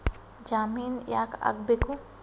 ಜಾಮಿನ್ ಯಾಕ್ ಆಗ್ಬೇಕು?